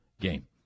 game